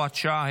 הוראת שעה),